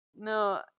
No